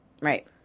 Right